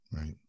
Right